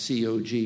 COG